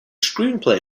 screenplay